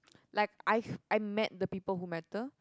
like I I met the people who matter